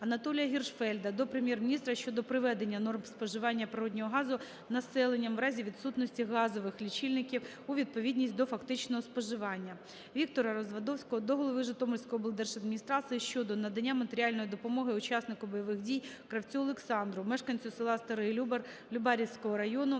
Анатолія Гіршфельда до Прем'єр-міністра щодо приведення норм споживання природного газу населенням, в разі відсутності газових лічильників, у відповідність до фактичного споживання. Віктора Развадовського до голови Житомирської облдержадміністрації щодо надання матеріальної допомоги учаснику бойових дій Кравцю Олександру, мешканцю села Старий Любар Любарського району,